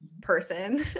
person